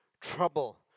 trouble